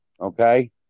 okay